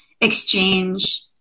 exchange